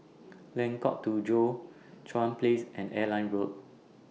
Lengkok Tujoh Chuan Place and Airline Road